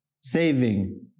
Saving